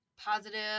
positive